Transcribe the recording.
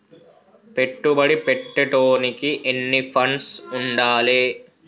పెట్టుబడి పెట్టేటోనికి ఎన్ని ఫండ్స్ ఉండాలే?